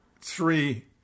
three